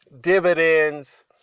dividends